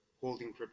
holding